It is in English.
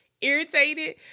irritated